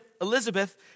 Elizabeth